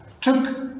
took